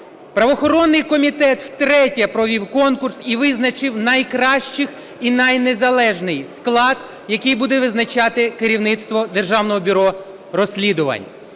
Правоохоронний комітет втретє провів конкурс і визначив найкращих і найнезалежний склад, який буде визначати керівництво Державного бюро розслідувань.